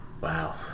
Wow